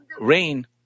rain